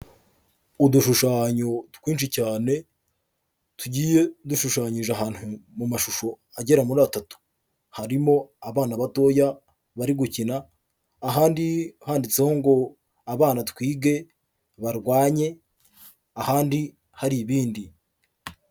Udushushanyo twinshi cyane, tugiye dushushanyije ahantu mu mashusho agera muri atatu. Harimo abana batoya bari gukina, ahandi handitseho ngo abana twige barwanye, ahandi hari ibindi.